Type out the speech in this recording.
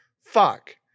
fuck